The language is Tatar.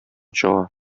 чыга